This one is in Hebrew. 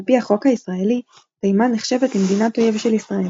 על פי החוק הישראלי תימן נחשבת למדינת אויב של ישראל.